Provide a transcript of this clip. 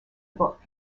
book